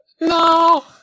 No